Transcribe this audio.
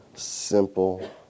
simple